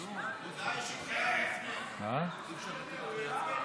הודעה אישית הוא חייב לפני.